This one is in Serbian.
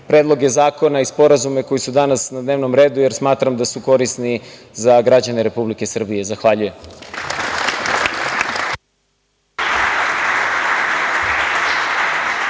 predloge zakona i sporazume koji su danas na dnevnom redu, jer smatram da su korisni za građane Republike Srbije. Zahvaljujem.